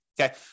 okay